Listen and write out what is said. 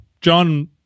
John